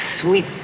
sweet